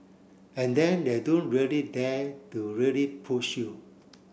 and then they don't really dare to really push you